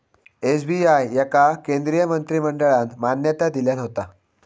SBI याका केंद्रीय मंत्रिमंडळान मान्यता दिल्यान होता